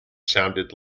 sounded